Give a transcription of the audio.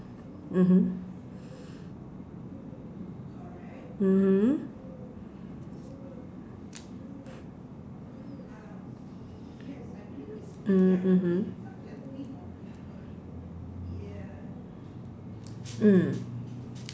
mmhmm mmhmm mmhmm mm